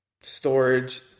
storage